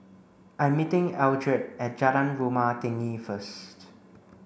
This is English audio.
I'm meeting Eldred at Jalan Rumah Tinggi first